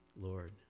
Lord